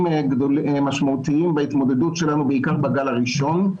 משמעותיים בהתמודדות שלנו בעיקר בגל הראשון,